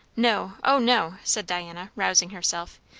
no! o no, said diana, rousing herself.